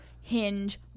hinge